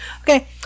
okay